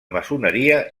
maçoneria